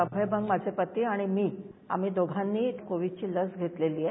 अभय बंग माझे पती आणि मी आम्ही दोघांनीही कोविडची लस घेतलेली आहे